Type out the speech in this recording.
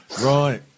Right